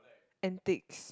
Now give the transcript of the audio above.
and ticks